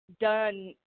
done